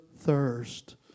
thirst